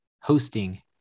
hosting